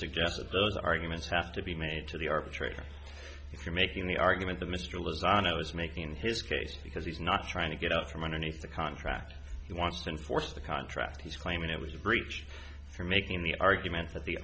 suggests that those arguments have to be made to the arbitrator if you're making the argument that mr lives on it was making his case because he's not trying to get out from underneath the contract he wants to enforce the contract he's claiming it was a breach for making the argument that the